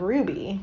Ruby